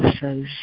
says